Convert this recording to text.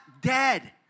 dead